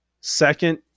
Second